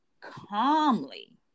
calmly